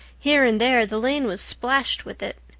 here and there the lane was splashed with it,